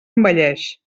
envelleix